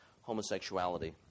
homosexuality